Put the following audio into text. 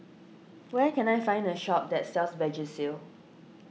where can I find a shop that sells Vagisil